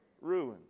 ruins